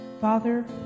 Father